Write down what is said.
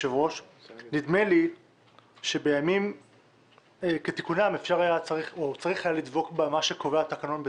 נדמה לי שבימים כתיקונם צריכים היינו לדבור במה שקובע התקנון.